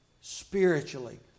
spiritually